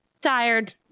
tired